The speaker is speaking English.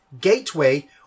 gateway